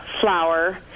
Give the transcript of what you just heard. flour